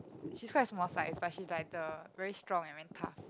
she's quite small size but she's like the very strong and very tough